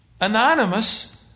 anonymous